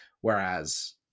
Whereas